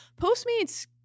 postmates